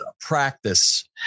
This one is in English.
practice